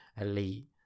elite